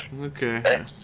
okay